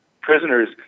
prisoners